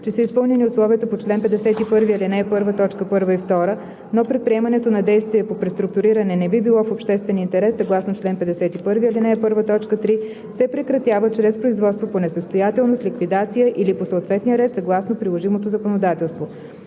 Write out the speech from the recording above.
че са изпълнени условията по чл. 51, ал. 1, т. 1 и 2, но предприемането на действие по преструктуриране не би било в обществен интерес съгласно чл. 51, ал. 1, т. 3, се прекратява чрез производство по несъстоятелност, ликвидация или по съответния ред, съгласно приложимото законодателство.“